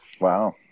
Wow